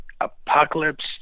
Apocalypse